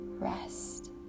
rest